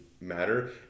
matter